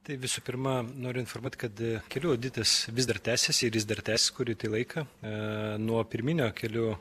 tai visų pirma noriu informuot kad kelių auditas vis dar tęsiasi ir jis dar tęsis kurį tai laiką nuo pirminio kelių